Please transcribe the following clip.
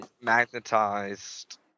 magnetized